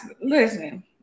listen